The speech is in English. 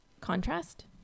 contrast